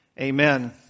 amen